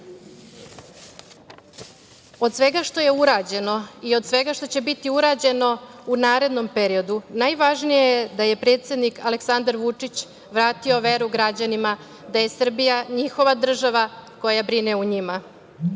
svega što je urađeno i od svega što će biti urađeno u narednom periodu, najvažnije je da je predsednik Aleksandar Vučić vratio veru građanima da je Srbija njihova država koja brine o njima.